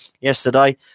yesterday